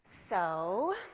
so,